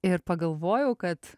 ir pagalvojau kad